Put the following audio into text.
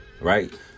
Right